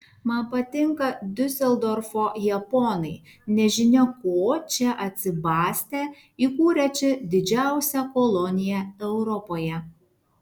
man patinka diuseldorfo japonai nežinia ko čia atsibastę įkūrę čia didžiausią koloniją europoje